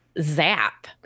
Zap